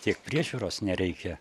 tiek priežiūros nereikia